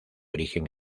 origen